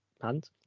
hand